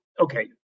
okay